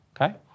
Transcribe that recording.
okay